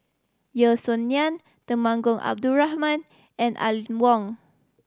Yeo Song Nian Temenggong Abdul Rahman and Aline Wong